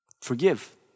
Forgive